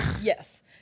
Yes